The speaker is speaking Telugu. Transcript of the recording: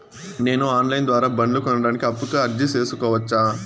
నేను ఆన్ లైను ద్వారా బండ్లు కొనడానికి అప్పుకి అర్జీ సేసుకోవచ్చా?